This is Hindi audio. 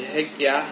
यह क्या है